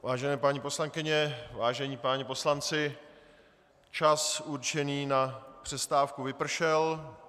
Vážené paní poslankyně, vážení páni poslanci, čas určený na přestávku vypršel.